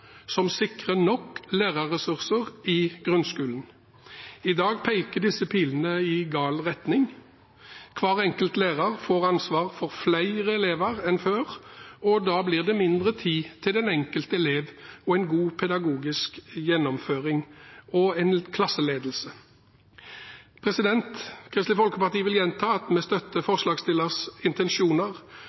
som sikrer nok lærerressurser i grunnskolen. I dag peker disse pilene i gal retning: Hver enkelt lærer får ansvar for flere elever enn før, og da blir det mindre tid til den enkelte elev og en god pedagogisk gjennomføring og en klasseledelse. Kristelig Folkeparti vil gjenta at vi støtter forslagsstillernes intensjoner,